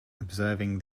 observing